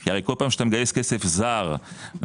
כי כל פעם שאתה מגייס כסף זר באקוויטי,